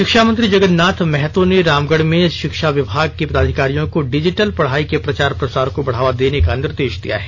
शिक्षा मंत्री जगन्नाथ महतो ने रामगढ़ में षिक्षा विभाग के पदाधिकारियों को डिजिटल पढ़ाई के प्रचार प्रसार को बढ़ावा देने का निर्देष दिया है